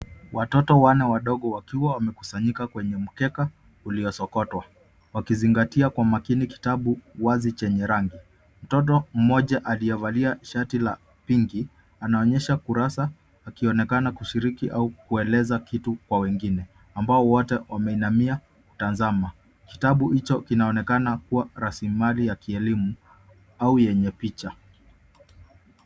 Watoto wanne wadogo wakiwa wamekusanyikwa kwenye mkeka ulio sokotwa. Wakizingatia kwa makini kitabu wazi chenye rangi. Mtoto mmoja aliyevalia shati la pinki, anaonyesha kurasa akionekana kushiriki au kueleza kitu kwa wengine, ambao wote wameinamia kutazama. Kitabu hicho kinaonekana kua rasilimali ya kielimu, au yenye picha.